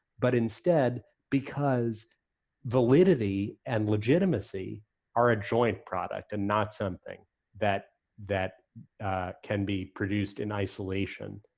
but instead, because validity and legitimacy are a joint product and not something that that can be produced in isolation.